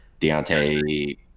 Deontay